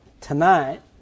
tonight